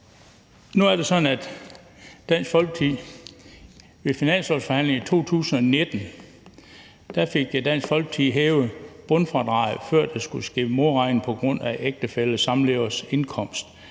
Nu er det sådan, at Dansk Folkeparti ved finanslovsforhandlingerne i 2019 fik hævet bundfradraget for, hvornår der skal ske modregning på grund af ægtefælles eller samlevers indkomst.